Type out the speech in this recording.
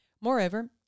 Moreover